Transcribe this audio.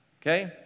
Okay